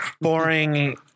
boring